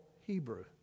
Hebrew